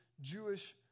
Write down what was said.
Jewish